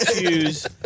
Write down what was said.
choose